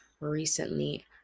recently